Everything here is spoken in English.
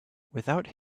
without